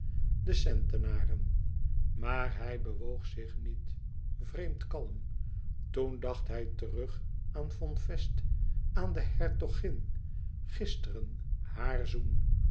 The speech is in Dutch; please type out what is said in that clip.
de centenaren maar hij bewoog zich niet vreemd kalm toen dacht hij terug aan von fest aan de hertogin gisteren haar zoen